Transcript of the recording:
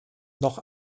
noch